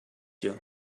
you